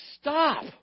stop